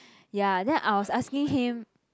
ya then I was asking him